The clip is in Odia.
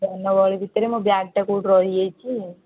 ଜନଗହଳି ଭିତରେ ମୋ ବ୍ୟାଗ୍ଟା କେଉଁଠି ରହିଯାଇଛି